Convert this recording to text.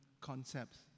concepts